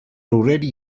already